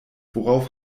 worauf